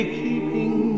keeping